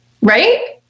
right